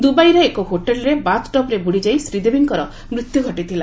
ଦୁବାଇର ଏକ ହୋଟେଲ୍ରେ ବାଥ୍ଟବ୍ରେ ବୃଡ଼ିଯାଇ ଶ୍ରୀଦେବୀଙ୍କର ମୃତ୍ୟୁ ଘଟିଥିଲା